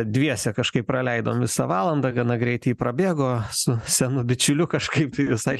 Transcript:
dviese kažkaip praleidom visą valandą gana greit ji prabėgo su senu bičiuliu kažkaip tai visai